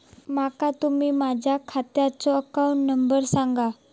माका तुम्ही माझ्या खात्याचो अकाउंट नंबर सांगा?